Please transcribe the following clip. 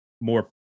more